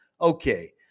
Okay